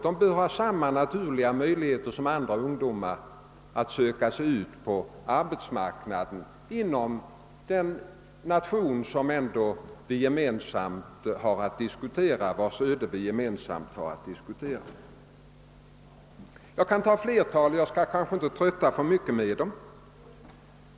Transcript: De bör ha samma möjligheter som andra ungdomar att söka sig ut på arbetsmarknaden inom hela nationen. Jag kan anföra fler siffror, ehuru jag kanske inte bör trötta alltför mycket härmed.